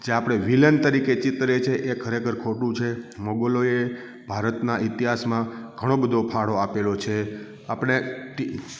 જે આપણે વિલન તરીકે ચીતરે છે એ ખરેખર ખોટું છે મોગલોએ ભારતનાં ઈતિહાસમાં ઘણો બધો ફાળો આપેલો છે આપણે